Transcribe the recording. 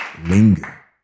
linger